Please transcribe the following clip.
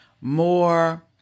more